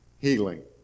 healing